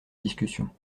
discussion